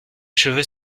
cheveux